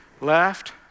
Left